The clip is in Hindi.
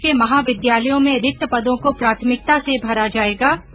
प्रदेश के महाविद्यालयों में रिक्त पदों को प्राथमिकता से भरा जायेगा